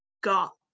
got